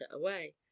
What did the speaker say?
away